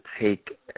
take